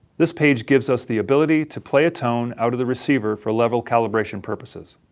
this page gives us the ability to play a tone out of the receiver for level calibration purposes.